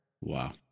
Wow